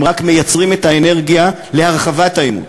הם רק מייצרים את האנרגיה להרחבת העימות.